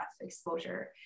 exposure